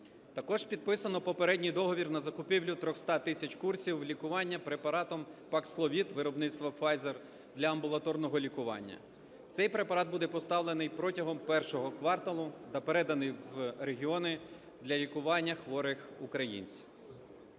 Також підписано попередній договір на закупівлю 300 тисяч курсів лікування препаратом паксловід виробництва Pfizer для амбулаторного лікування. Цей препарат буде поставлений протягом І кварталу та переданий в регіони для лікування хворих українців.